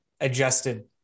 adjusted